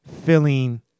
feeling